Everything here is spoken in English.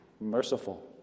merciful